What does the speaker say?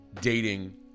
dating